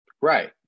Right